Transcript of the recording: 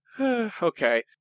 Okay